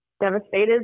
devastated